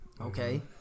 Okay